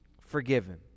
forgiven